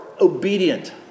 obedient